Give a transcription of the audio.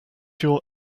your